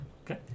Okay